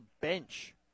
bench